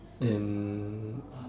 and